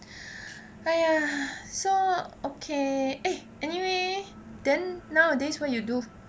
hmm !aiya! so okay eh anyway then nowadays what you do